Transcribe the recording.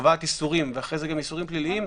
קובעת איסורים ואחרי זה גם איסורים פליליים,